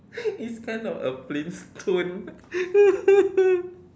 it's kind of a Flintstone